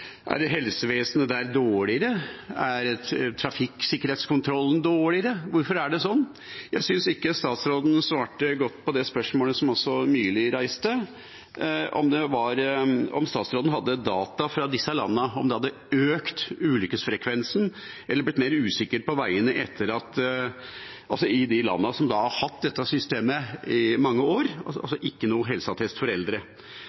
Er helsevesenet der dårligere? Er trafikksikkerhetskontrollen dårligere? Hvorfor er det sånn? Jeg synes ikke statsråden svarte godt på det spørsmålet som også representanten Sverre Myrli stilte, om statsråden hadde data fra disse landene som tilsa at det hadde økt ulykkesfrekvensen eller blitt mer usikkert på veiene i de landene som har hatt dette systemet i mange år – altså ikke helseattest for eldre.